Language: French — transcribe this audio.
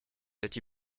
cette